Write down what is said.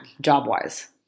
job-wise